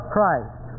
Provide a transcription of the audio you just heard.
Christ